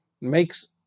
makes